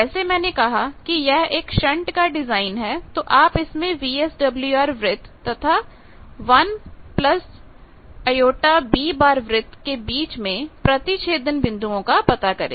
जैसे मैंने कहा कि यह एक शंट का डिजाइन है तो आप इसमें VSWR वृत्त तथा 1jB वृत्त के बीच में प्रतिच्छेदन बिंदुओं का पता करें